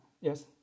Yes